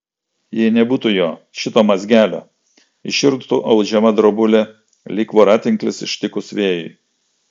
jei nebūtų jo šito mazgelio iširtų audžiama drobulė lyg voratinklis ištikus vėjui